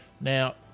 Now